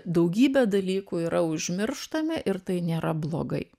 daugybė dalykų yra užmirštame ir tai nėra blogai